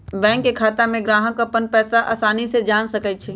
bank के खाता में ग्राहक अप्पन पैसा असानी से जान सकई छई